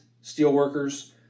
steelworkers